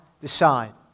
decide